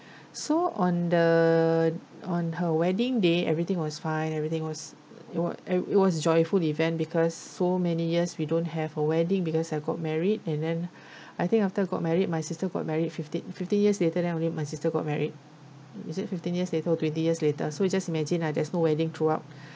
so on the on her wedding day everything was fine everything was it wa~ it was joyful event because so many years we don't have a wedding because I got married and then I think after got married my sister got married fifteen fifteen years later then only my sister got married is it fifteen years later or twenty years later so you just imagine lah there's no wedding throughout